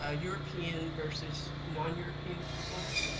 ah european versus non european peoples,